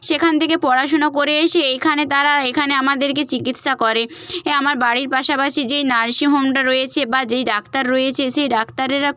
সেখান থেকে পড়াশুনো করে এসে এইখানে তারা এখানে আমাদেরকে চিকিৎসা করে এ আমার বাড়ির পাশাপাশি যেই নার্সিংহোমটা রয়েছে বা যেই ডাক্তার রয়েছে সেই ডাক্তারেরা